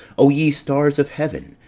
o ye stars of heaven,